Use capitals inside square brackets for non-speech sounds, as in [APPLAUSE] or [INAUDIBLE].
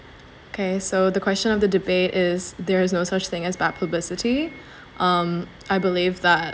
okay so the question of the debate is there is no such thing as bad publicity [BREATH] um I believe that